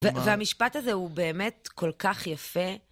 והמשפט הזה הוא באמת כל כך יפה.